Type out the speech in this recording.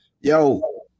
Yo